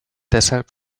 deshalb